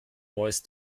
voice